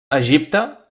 egipte